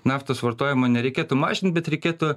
naftos vartojimą nereikėtų mažint bet reikėtų